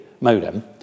modem